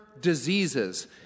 diseases